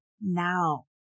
now